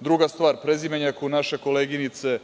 Druga stvar, prezimenjaku naše koleginice